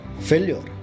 failure